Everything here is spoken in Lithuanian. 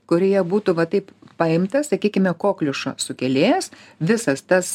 kurioje būtų va taip paimtas sakykime kokliušo sukėlėjas visas tas